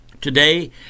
Today